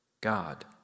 God